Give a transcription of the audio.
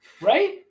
right